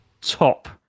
top